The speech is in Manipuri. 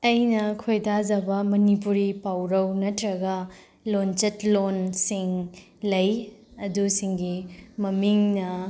ꯑꯩꯅ ꯈꯣꯏꯗꯖꯕ ꯃꯅꯤꯄꯨꯔꯤ ꯄꯥꯎꯔꯧ ꯅꯠꯇ꯭ꯔꯒ ꯂꯣꯟꯆꯠꯂꯣꯟꯁꯤꯡ ꯂꯩ ꯑꯗꯨꯁꯤꯡꯒꯤ ꯃꯃꯤꯡꯅ